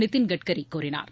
நிதின் கட்கரி கூறினார்